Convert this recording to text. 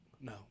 No